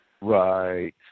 Right